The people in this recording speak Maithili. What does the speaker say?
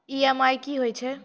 ई.एम.आई कि होय छै?